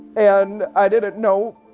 and i didn't know,